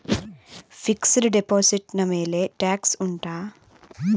fixed deposit ನ ಮೇಲೆ tax ಉಂಟಾ